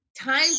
Time